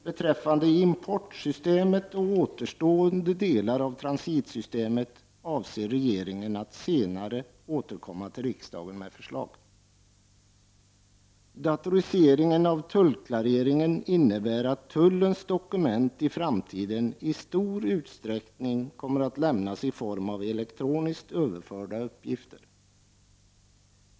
Beträffande importsystemet och återstående delar av transitsystemet avser regeringen att senare återkomma till riksdagen med förslag. Datoriseringen av tullklareringen innebär att tullens dokument i framtiden i stor utsträckning kommer att lämnas i form av elektroniskt överförda uppgifter.